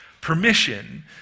permission